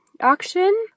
auction